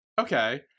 okay